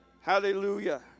Hallelujah